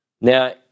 Now